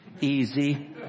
Easy